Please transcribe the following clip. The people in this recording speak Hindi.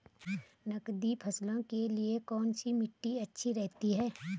नकदी फसलों के लिए कौन सी मिट्टी अच्छी रहती है?